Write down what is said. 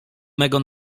mego